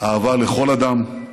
אהבה לכל אדם,